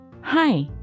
hi